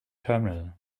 terminal